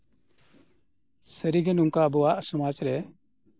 ᱥᱟᱹᱨᱤᱜᱮ ᱱᱚᱝᱠᱟ ᱟᱵᱚᱣᱟᱜ ᱥᱚᱢᱟᱡᱽ ᱨᱮ